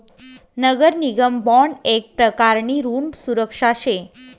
नगर निगम बॉन्ड येक प्रकारनी ऋण सुरक्षा शे